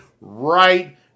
right